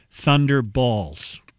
Thunderballs